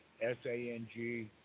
s-a-n-g